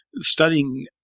studying